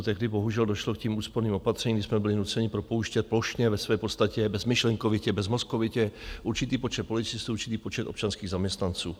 Tehdy bohužel došlo k těm úsporným opatřením, kdy jsme byli nuceni propouštět plošně, ve své podstatě bezmyšlenkovitě, bezmozkovitě určitý počet policistů, určitý počet občanských zaměstnanců.